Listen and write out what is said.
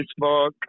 Facebook